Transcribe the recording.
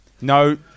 No